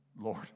Lord